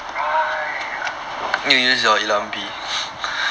right ya I didn't even thought about that